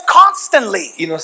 constantly